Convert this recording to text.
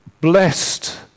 blessed